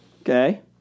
Okay